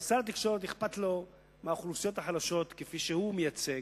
אם שר התקשורת אכפת לו מהאוכלוסיות החלשות כפי שהוא מייצג,